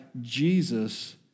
Jesus